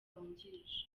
wungirije